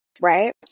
Right